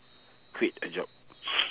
quit a job